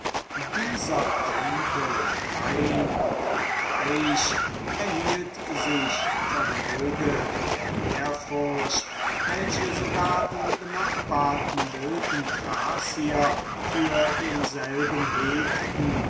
dieser tempel hain und teich erhielt sich vermöge der ehrfurcht welche sogar die benachbarten wilden thracier für denselben hegten